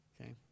Okay